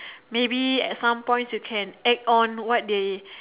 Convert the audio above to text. maybe at some points you can act on what they